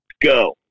go